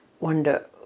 wonder